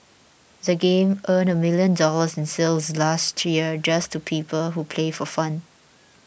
the game earned a million dollars in sales last year just to people who play for fun